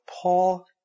Paul